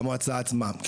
למועצה עצמה.